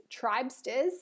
tribesters